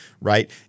right